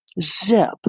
Zip